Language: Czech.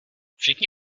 všichni